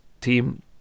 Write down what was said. team